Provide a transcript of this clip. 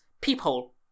peephole